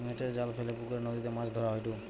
নেটের জাল ফেলে পুকরে, নদীতে মাছ ধরা হয়ঢু